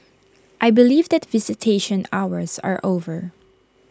I believe that visitation hours are over